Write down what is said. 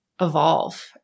evolve